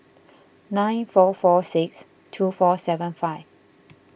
nine four four six two four seven five